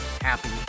happy